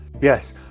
Yes